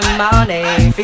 money